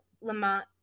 Lamont